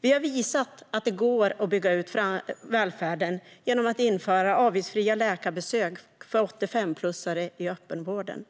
Vi har visat att det går att bygga ut välfärden genom att införa avgiftsfria läkarbesök för 85-plussare i öppenvården,